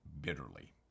bitterly